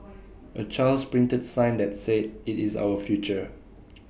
A child's printed sign that said IT is our future